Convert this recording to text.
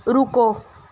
ਰੁਕੋ